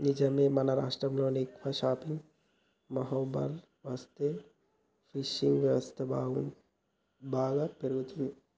నిజమే మన రాష్ట్రంలో ఎక్కువ షిప్పింగ్ హార్బర్లు వస్తే ఫిషింగ్ వ్యవస్థ బాగా పెరుగుతంది